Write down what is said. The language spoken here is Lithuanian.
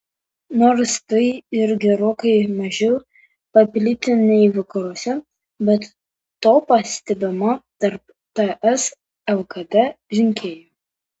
nors tai ir gerokai mažiau paplitę nei vakaruose bet to pastebima tarp ts lkd rinkėjų